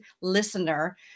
listener